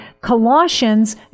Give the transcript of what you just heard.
Colossians